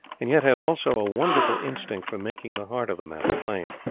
and yet has also a wonderful instinct for making the heart of the matter plain.